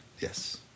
Yes